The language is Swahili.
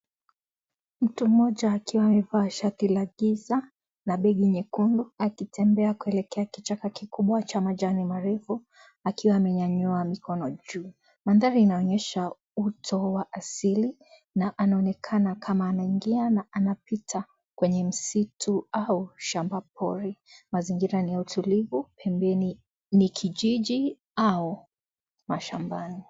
Mtu mmoja akiwa amevaa shati la giza na begi nyekundu akitembea kuelekea kichaka kikubwa cha majani marefu akiwa amenyanyua mikono juu. Mandhari inaonyesha utoaasili na anaonekana kama anaingia na anapita kwenye msitu au shamba pori. Mazingira ni ya utulivi, pembeni ni kijiji au mashambani.